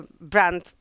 brand